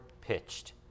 pitched